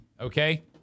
Okay